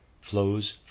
flows